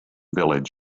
village